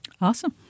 Awesome